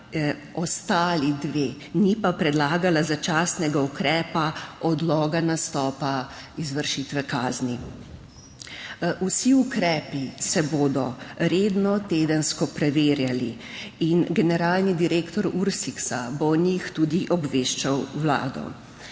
ostali dve, ni pa predlagala začasnega ukrepa odloga nastopa izvršitve kazni. Vsi ukrepi se bodo redno tedensko preverjali in generalni direktor URSIKS bo o njih tudi obveščal Vlado.